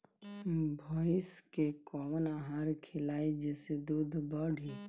भइस के कवन आहार खिलाई जेसे दूध बढ़ी?